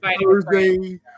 Thursday